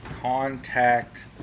contact